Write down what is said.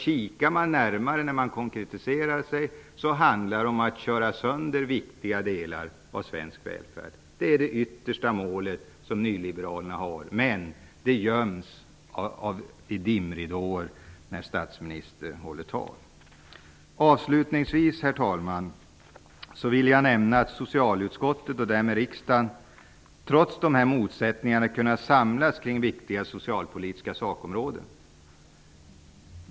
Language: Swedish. Ser man närmare på vad det konkret handlar om, finner man att det handlar om att köra sönder viktiga delar av svensk välfärd. Det är det yttersta målet för nyliberalerna, men det göms bakom dimridåer när statsministern håller tal. Avslutningsvis vill jag, herr talman, nämna att socialutskottet och därmed riksdagen trots dessa motsättningar kunnat samlas kring viktiga socialpolitiska sakområden.